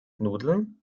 nudeln